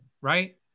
right